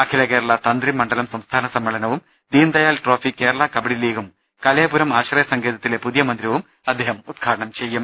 അഖില കേരള തന്ത്രി മണ്ഡലം സംസ്ഥാന സമ്മേളനവും ദീൻ ദയാൽ ട്രോഫി കേരള കബഡി ലീഗും കലയപുരം ആശ്രയ സങ്കേതത്തിലെ പുതിയ മന്ദിരവും അദ്ദേഹം ഉദ്ഘാടനം ചെയ്യും